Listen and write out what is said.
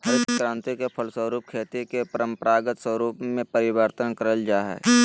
हरित क्रान्ति के फलस्वरूप खेती के परम्परागत स्वरूप में परिवर्तन करल जा हइ